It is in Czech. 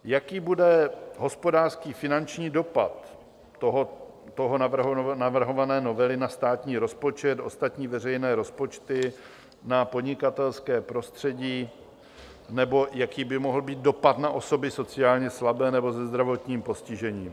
Jaký bude hospodářský, finanční dopad této navrhované novely na státní rozpočet, ostatní veřejné rozpočty, na podnikatelské prostředí, nebo jaký by mohl být dopad na osoby sociálně slabé nebo se zdravotním postižením?